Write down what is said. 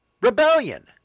rebellion